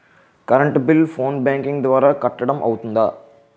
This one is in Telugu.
కరెంట్ బిల్లు ఫోన్ బ్యాంకింగ్ ద్వారా కట్టడం అవ్తుందా?